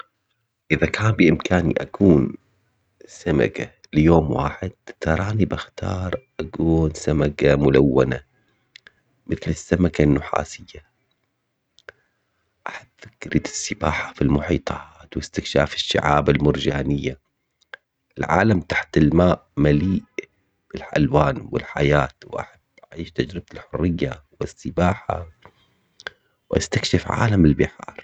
اذا كان بامكاني اكون سمكة ليوم واحد تراني بختار سمكة ملونة. مثل السمكة النحاسية. احب تريد السباحة في المحيطات واستكشاف الشعاب المرجانية. العالم تحت الماء بالحلوان والحياة اعيش تجربة الحرية والسباحة واستكشف عالم البحار